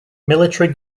military